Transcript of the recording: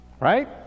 right